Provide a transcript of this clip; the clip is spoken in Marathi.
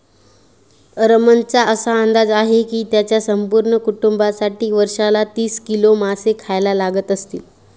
रमणचा असा अंदाज आहे की त्याच्या संपूर्ण कुटुंबासाठी वर्षाला तीस किलो मासे खायला लागत असतील